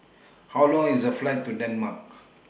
How Long IS The Flight to Denmark